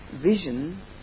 vision